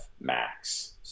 Max